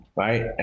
right